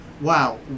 wow